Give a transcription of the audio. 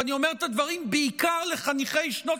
ואני אומר את הדברים בעיקר לחניכי שנות